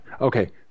okay